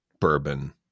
bourbon